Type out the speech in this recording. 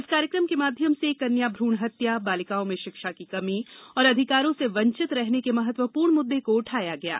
इस कार्यक्रम के माध्यम से कन्यो भ्रूण हत्या बालिकाओं में शिक्षा की कमी और अधिकारों से वंचित रहने के महत्वपूर्ण मुद्दे को उठाया गया है